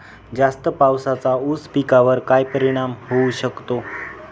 जास्त पावसाचा ऊस पिकावर काय परिणाम होऊ शकतो?